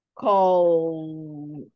call